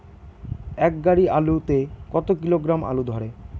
এক গাড়ি আলু তে কত কিলোগ্রাম আলু ধরে?